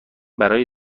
برای